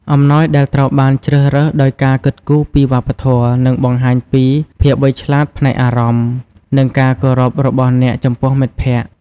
អំណោយដែលត្រូវបានជ្រើសរើសដោយការគិតគូរពីវប្បធម៌ នឹងបង្ហាញពី ភាពវៃឆ្លាតផ្នែកអារម្មណ៍ និងការគោរពរបស់អ្នកចំពោះមិត្តភក្តិ។